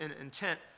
intent